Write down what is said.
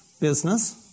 business